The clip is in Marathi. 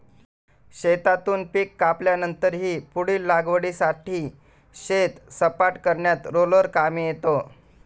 शेतातून पीक कापल्यानंतरही पुढील लागवडीसाठी शेत सपाट करण्यात रोलर कामी येतो